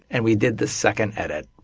and we did the second edit